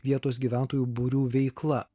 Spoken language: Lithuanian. vietos gyventojų būrių veikla